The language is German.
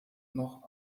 noch